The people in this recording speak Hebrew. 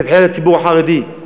מבחינת הציבור החרדי,